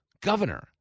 governor